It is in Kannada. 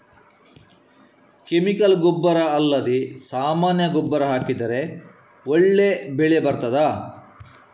ಕೆಮಿಕಲ್ ಗೊಬ್ಬರ ಅಲ್ಲದೆ ಸಾಮಾನ್ಯ ಗೊಬ್ಬರ ಹಾಕಿದರೆ ಒಳ್ಳೆ ಬೆಳೆ ಬರ್ತದಾ?